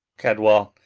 cadwal,